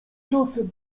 czasem